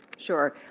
sure.